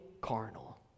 carnal